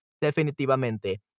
definitivamente